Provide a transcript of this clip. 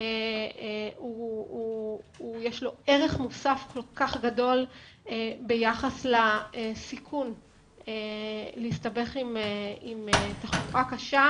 יש לו ערך מוסף כל כך גדול ביחס לסיכון להסתבך עם תחלואה קשה,